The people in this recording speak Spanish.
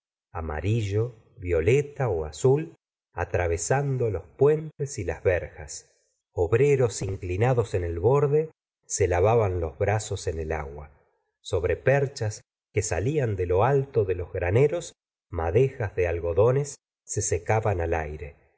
amarillo violeta azul atravesando los puentes y las verjas obreros inclinados en él borde se lavaban los brazos en el agua sobre perchas que salían de lo alto de los graneros madejas de algodones se secaban al aire